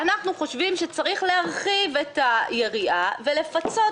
אנחנו חושבים שצריך להרחיב את היריעה ולפצות